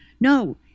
No